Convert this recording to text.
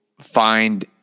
find